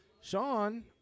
sean